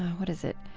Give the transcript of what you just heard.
what is it?